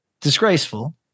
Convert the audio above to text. disgraceful